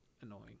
annoying